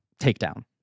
takedown